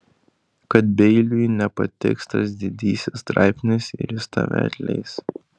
kad beiliui nepatiks tas didysis straipsnis ir jis tave atleis